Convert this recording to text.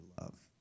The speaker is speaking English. love